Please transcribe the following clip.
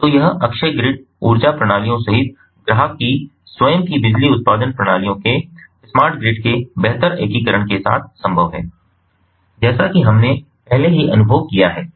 तो यह अक्षय ग्रिड ऊर्जा प्रणालियों सहित ग्राहक की स्वयं की बिजली उत्पादन प्रणालियों के स्मार्ट ग्रिड के बेहतर एकीकरण के साथ संभव है जैसा कि हमने पहले ही अनुभव किया है